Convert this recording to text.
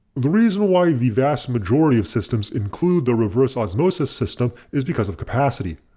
the reason why the vast majority of systems include the reverse osmosis system is because of capacity.